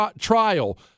trial